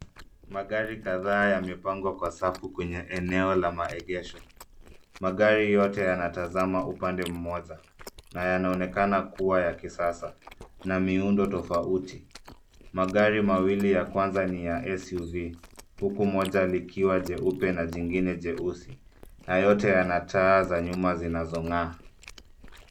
Magari kadhaa yamepangwa kwa safu kwenye eneo la maegesho. Magari yote yanatazama upande moja na yanaonekana kuwa ya kisasa na miundo tofauti. Magari mawili ya kwanza ni ya SUV huku moja likiwa jeupe na jingine jeusi na yote yana taa za nyuma zinazong'aa.